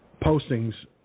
postings